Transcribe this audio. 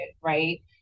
right